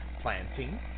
planting